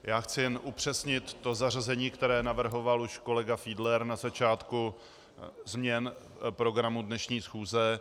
Já chci jen upřesnit zařazení, které navrhoval už kolega Fiedler na začátku změn v programu dnešní schůze.